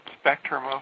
spectrum